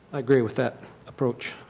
i agree with that approach.